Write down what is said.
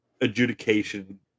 adjudication